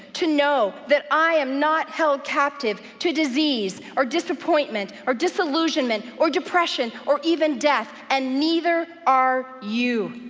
to know that i am not held captive to disease, or disappointment, or disillusionment, or depression, or even death, and neither are you.